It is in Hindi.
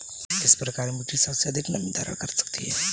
किस प्रकार की मिट्टी सबसे अधिक नमी धारण कर सकती है?